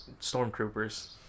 stormtroopers